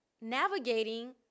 navigating